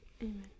Amen